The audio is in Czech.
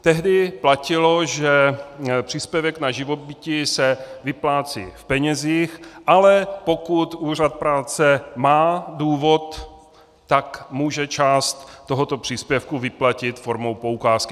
Tehdy platilo, že příspěvek na živobytí se vyplácí v penězích, ale pokud úřad práce má důvod, tak může část tohoto příspěvku vyplatit formou poukázky.